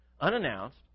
unannounced